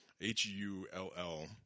H-U-L-L